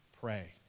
pray